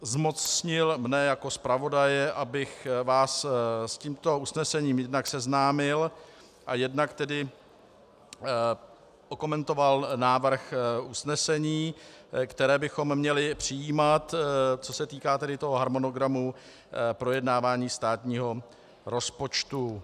Zmocnil mě jako zpravodaje, abych vás s tímto usnesením jednak seznámil a jednak okomentoval návrh usnesení, které bychom měli přijímat, co se týká harmonogramu projednávání státního rozpočtu.